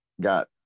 got